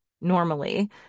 normally